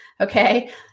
Okay